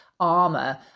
armor